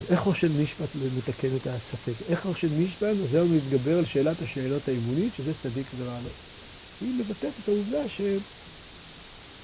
איך ראש משפט מתקן את הספק? איך ראש משפט עוזר מתגבר על שאלת השאלות האימונית שזה צדיק ורע לו? היא מבטאת את העובדה של...